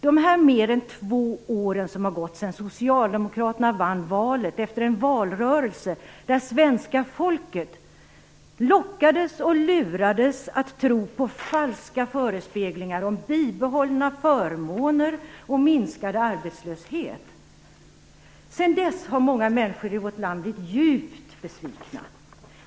Det är mer än två år som har gått sedan Socialdemokraterna vann valet, efter en valrörelse där svenska folket lockades och lurades tro på falska förespeglingar om bibehållna förmåner och minskad arbetslöshet. Sedan dess har många människor i vårt land blivit djupt besvikna.